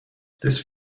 this